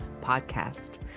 podcast